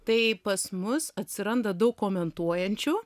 tai pas mus atsiranda daug komentuojančių